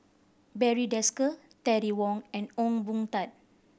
Barry Desker Terry Wong and Ong Boon Tat